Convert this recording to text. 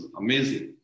amazing